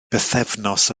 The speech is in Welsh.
bythefnos